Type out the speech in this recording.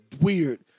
weird